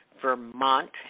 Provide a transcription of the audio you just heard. Vermont